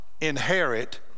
inherit